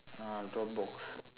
ah dropbox